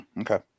Okay